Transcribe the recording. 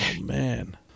man